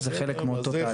זה חלק מאותו תהליך.